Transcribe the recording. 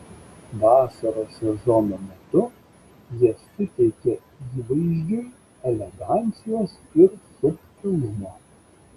vasaros sezono metu jie suteikia įvaizdžiui elegancijos ir subtilumo